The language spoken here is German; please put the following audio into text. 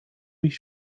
mich